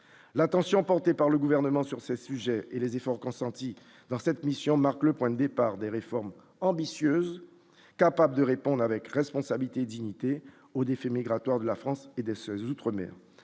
l'attention portée par le gouvernement sur ces sujets et les efforts consentis dans cette mission marque le point de vue par des réformes ambitieuses capables de répondre avec responsabilité dignité au défi migratoire de la France et de ses outre-mer,